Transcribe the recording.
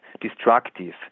destructive